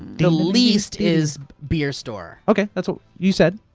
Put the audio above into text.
the least is beer store. okay, that's what you said.